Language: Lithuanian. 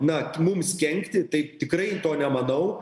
na mums kenkti tai tikrai to nemanau